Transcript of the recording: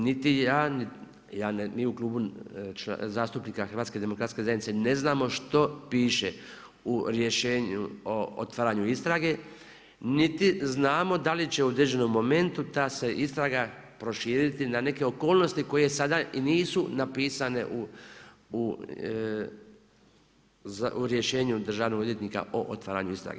Niti ja niti mi u Klubu zastupnika HDZ-a ne znamo što piše u rješenju o otvaranju istrage, niti znamo da li će u određenom momentu ta se istraga proširiti na neke okolnosti koje sada i nisu napisane u rješenju državnog odvjetnika o otvaranju istrage.